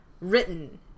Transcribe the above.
written